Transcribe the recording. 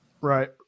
Right